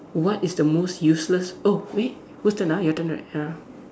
what is the most useless oh wait whose turn ah your turn right ya